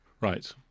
Right